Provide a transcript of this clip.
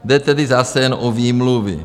Jde tedy zase jen o výmluvy.